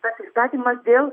tas įstatymas dėl